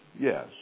yes